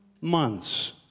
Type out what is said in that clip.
months